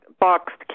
boxed